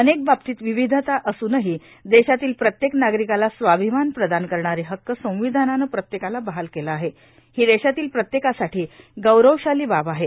ी नेक बाबतीत विविधता ी सूनही देशातील प्रत्येक नागरिकाला स्वाभिमान प्रदान करणारे हक्क संविधानानं प्रत्येकाला बहाल केंलं आहे ही देशातील प्रत्येकासाठी गौरवशाली बाब आहे